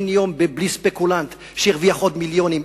אין יום בלי ספקולנט שהרוויח עוד מיליונים,